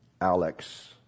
Alex